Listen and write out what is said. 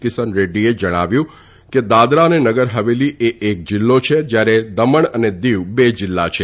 કિસન રેડ્દીએ જણાવ્યું હતું કે દાદરા અને નગર હવેલી એ એક જીલ્લી છે જયારે દમણ અને દીવ બે જીલ્લા છે